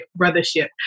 brothership